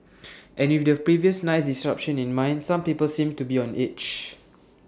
and with the previous night's disruption in mind some people seemed to be on edge